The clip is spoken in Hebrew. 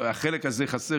החלק הזה חסר,